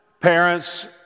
parents